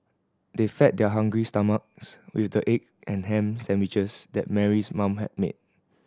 they fed their hungry stomachs with the egg and ham sandwiches that Mary's mom had made